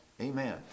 Amen